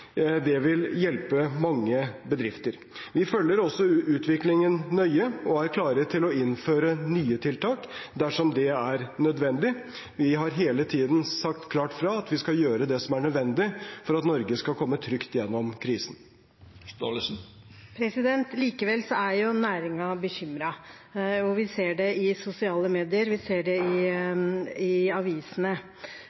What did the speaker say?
det vil hjelpe mange bedrifter. Vi følger også utviklingen nøye og er klare til å innføre nye tiltak dersom det er nødvendig. Vi har hele tiden sagt klart fra at vi skal gjøre det som er nødvendig for at Norge skal komme trygt gjennom krisen. Likevel er næringen bekymret. Vi ser det i sosiale medier, vi ser det i